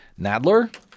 Nadler